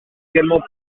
également